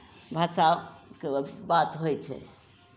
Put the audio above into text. भाषाके बात होइ छै